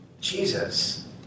Jesus